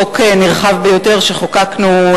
חוק נרחב ביותר שחוקקנו,